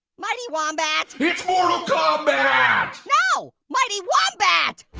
mighty wombat. it's mortal kombat. no, mighty wombat.